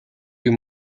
you